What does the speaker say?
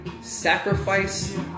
sacrifice